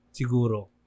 siguro